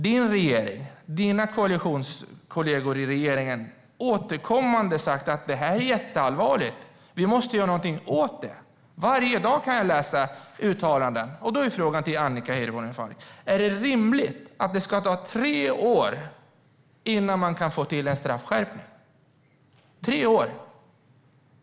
Dina koalitionskollegor i regeringen har återkommande sagt att detta är jätteallvarligt och att vi måste göra något åt det. Varje dag kan jag läsa uttalanden. Frågan till Annika Hirvonen Falk är då: Är det rimligt att det ska ta tre år innan man kan få till en straffskärpning?